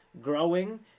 growing